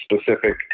specific